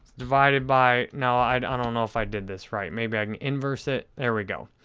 divided by, no, i don't ah know if i did this right. maybe i can inverse it. there we go.